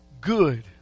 good